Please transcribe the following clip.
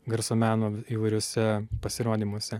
garso meno įvairiuose pasirodymuose